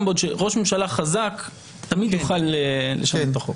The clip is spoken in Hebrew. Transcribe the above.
בעוד שראש ממשלה חזק תמיד יוכל לשנות את החוק.